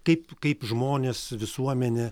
kaip kaip žmonės visuomenė